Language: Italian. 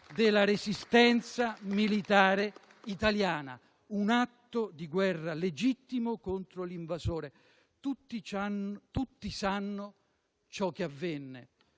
della Resistenza militare italiana, un atto di guerra legittimo contro l'invasore. Tutti sanno ciò che avvenne,